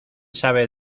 sabe